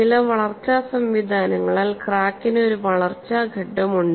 ചില വളർച്ചാ സംവിധാനങ്ങളാൽ ക്രാക്കിന് ഒരു വളർച്ചാ ഘട്ടമുണ്ട്